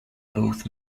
both